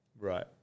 Right